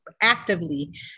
actively